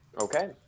Okay